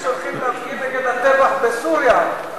חשבתי שהולכים להפגין נגד הטבח בסוריה.